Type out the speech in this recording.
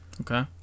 Okay